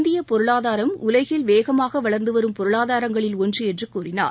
இந்தியப் பொருளாதாரம் உலகில் வேகமாக வளர்ந்து வரும் பொருளாதாரங்களில் ஒன்று என்று கூறினார்